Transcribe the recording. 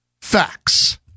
facts